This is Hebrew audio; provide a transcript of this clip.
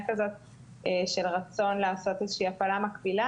כזו של רצון לעשות איזה שהיא הפעלה מקבילה.